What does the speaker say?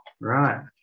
right